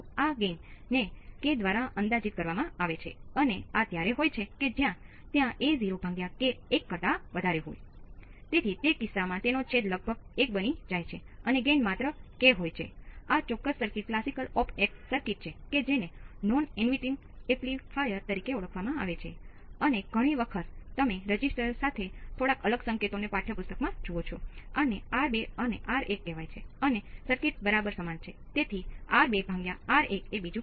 તો આ 200 છે તેનો અર્થ એ થયો કે આઉટપુટ ન હોઈ શકે અને આને આપણે પછી કહીશું